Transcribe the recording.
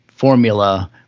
formula